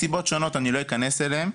מסיבות שונות, אני לא אכנס אליהן,